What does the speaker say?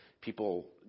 people